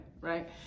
right